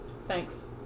Thanks